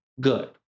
good